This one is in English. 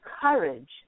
Courage